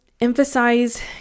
emphasize